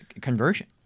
conversion